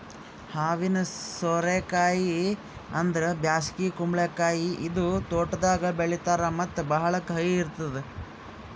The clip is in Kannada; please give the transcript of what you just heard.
ಹಾವಿನ ಸೋರೆ ಕಾಯಿ ಅಂದುರ್ ಬ್ಯಾಸಗಿ ಕುಂಬಳಕಾಯಿ ಇದು ತೋಟದಾಗ್ ಬೆಳೀತಾರ್ ಮತ್ತ ಭಾಳ ಕಹಿ ಇರ್ತುದ್